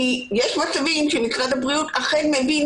כי יש מצבים שמשרד הבריאות אכן מבין